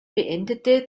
beendete